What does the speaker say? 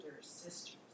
sisters